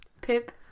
Pip